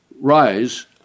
rise